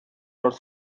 wrth